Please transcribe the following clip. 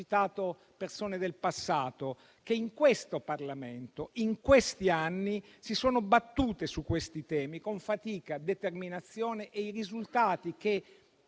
ho citate del passato - che in Parlamento negli anni si sono battute su questi temi con fatica e determinazione, e i risultati che